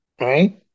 right